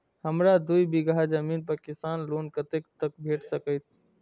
हमरा दूय बीगहा जमीन पर किसान लोन कतेक तक भेट सकतै?